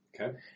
Okay